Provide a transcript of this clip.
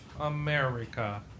America